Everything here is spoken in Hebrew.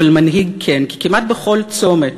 אבל מנהיג כן, כי כמעט בכל צומת